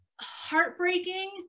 heartbreaking